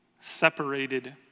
separated